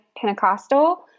Pentecostal